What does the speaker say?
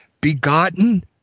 begotten